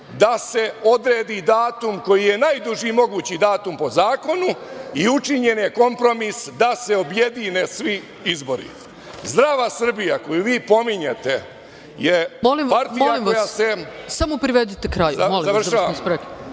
da se odredi datum koji je najduži mogući datum po zakonu i učinjen je kompromis da se objedine svi izbori. Zdrava Srbija, koju vi pominjete je … **Ana Brnabić** Molim vas, samo privredite kraju.